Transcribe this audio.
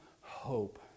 hope